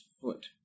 foot